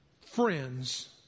friends